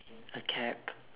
a cap